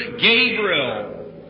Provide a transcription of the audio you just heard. Gabriel